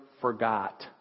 forgot